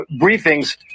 briefings